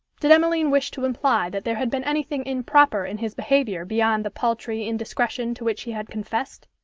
did emmeline wish to imply that there had been anything improper in his behaviour beyond the paltry indiscretion to which he had confessed?